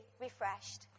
refreshed